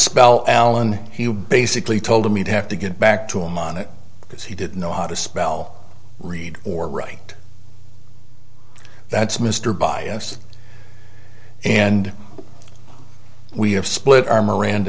spell allen he basically told me to have to get back to him on it because he didn't know how to spell read or write that's mr bias and we have split our miranda